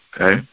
Okay